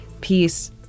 peace